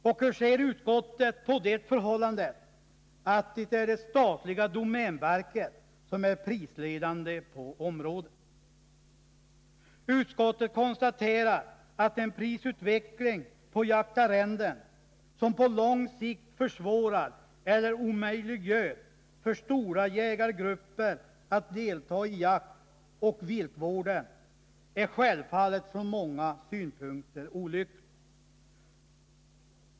Och hur ser utskottet på det förhållandet att det statliga domänverket är prisledande på området? Utskottet konstaterar att en prisutveckling på jaktarrenden som på lång sikt försvårar eller omöjliggör för stora jägargrupper att delta i jaktoch viltvården självfallet från många synpunkter är olycklig.